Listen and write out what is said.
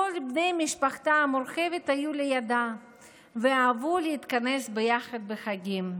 כל בני משפחתה המורחבת היו לידה ואהבו להתכנס ביחד בחגים,